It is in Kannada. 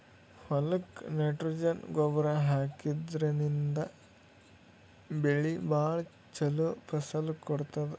ಹೊಲಕ್ಕ್ ನೈಟ್ರೊಜನ್ ಗೊಬ್ಬರ್ ಹಾಕಿದ್ರಿನ್ದ ಬೆಳಿ ಭಾಳ್ ಛಲೋ ಫಸಲ್ ಕೊಡ್ತದ್